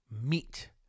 meat